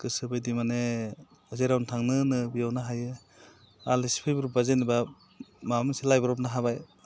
गोसोबायदि माने जेरावनो थांनो होनो बेयावनो थांनो हायो आलासि फैब्रबब्ला जेनेबा माबा मोनसे लायब्रबनो हाबाय